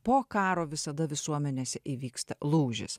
po karo visada visuomenėse įvyksta lūžis